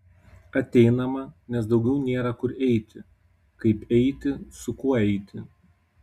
ateinama nes daugiau nėra kur eiti kaip eiti su kuo eiti